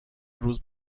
روز